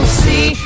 see